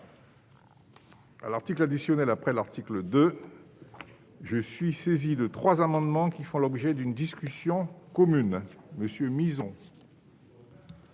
articles additionnels après l'article 2. Je suis saisi de trois amendements faisant l'objet d'une discussion commune. L'amendement